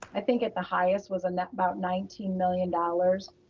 i think at the highest was a net about nineteen million dollars.